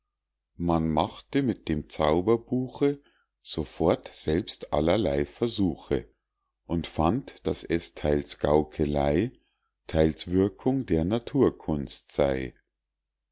man machte mit dem zauberbuche sofort selbst allerlei versuche und fand daß es theils gaukelei theils wirkung der naturkunst sey